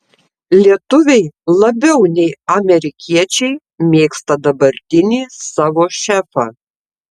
lietuviai labiau nei amerikiečiai mėgsta dabartinį savo šefą